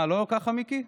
מה, לא ככה, מיקי?